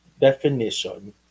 definition